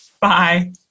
Bye